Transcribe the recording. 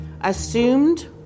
assumed